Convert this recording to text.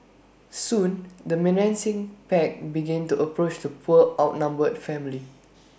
soon the menacing pack began to approach the poor outnumbered family